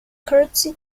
courtesy